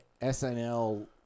SNL